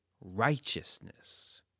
righteousness